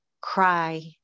cry